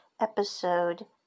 Episode